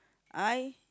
I